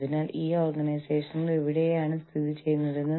അതെല്ലാം നമ്മൾ ഇതുവരെ ചർച്ച ചെയ്യുകയായിരുന്നു